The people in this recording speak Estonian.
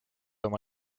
oma